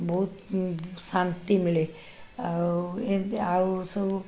ବହୁତ ଶାନ୍ତି ମିଳେ ଆଉ ଏମିତି ଆଉ ସବୁ